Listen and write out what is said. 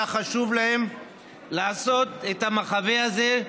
היה חשוב להם לעשות את המחווה הזאת,